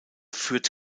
führt